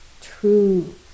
true